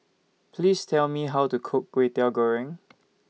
Please Tell Me How to Cook Kway Teow Goreng